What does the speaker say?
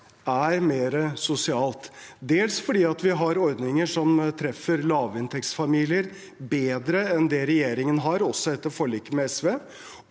er mer sosialt, dels fordi vi har ordninger som treffer lavinntektsfamilier bedre enn det regjeringen har, også etter forliket med SV,